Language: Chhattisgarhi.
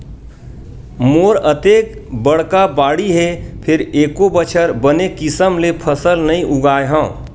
मोर अतेक बड़का बाड़ी हे फेर एको बछर बने किसम ले फसल नइ उगाय हँव